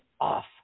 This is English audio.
off